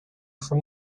from